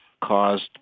caused